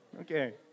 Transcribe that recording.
Okay